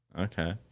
Okay